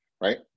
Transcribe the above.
right